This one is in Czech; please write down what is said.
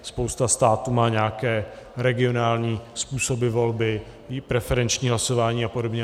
Spousta států má nějaké regionální způsoby volby, preferenční hlasování a podobně.